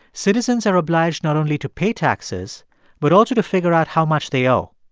citizens are obliged not only to pay taxes but also to figure out how much they owe.